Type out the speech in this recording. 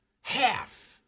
half